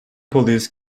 police